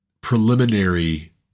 preliminary